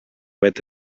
vet